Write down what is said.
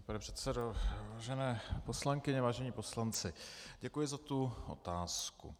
Vážený pane předsedo, vážené poslankyně, vážení poslanci, děkuji za tu otázku.